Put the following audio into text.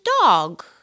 dog